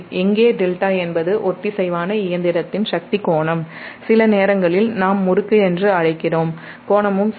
இங்கே δ என்பது ஒத்திசைவான இயந்திரத்தின் சக்தி கோணம் சிலநேரங்களில் நாம் முறுக்கு என்று அழைக்கிறோம் கோணமும் சரி